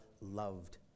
loved